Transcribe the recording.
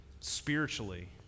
spiritually